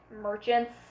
merchants